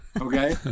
Okay